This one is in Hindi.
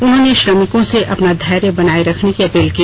उन्होंने श्रमिक से अपना धैर्य बनाये रखने की अपील की